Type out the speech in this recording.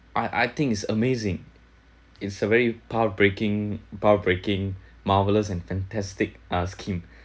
I I think is amazing it's a very path breaking path breaking marvelous and fantastic uh scheme